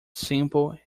simple